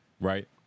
Right